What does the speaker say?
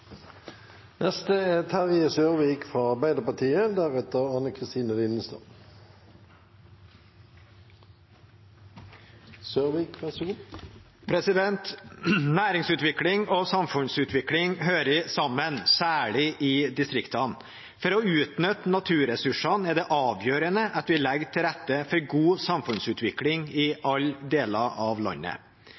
Næringsutvikling og samfunnsutvikling hører sammen, særlig i distriktene. For å utnytte naturressursene er det avgjørende at vi legger til rette for god samfunnsutvikling i alle deler av landet.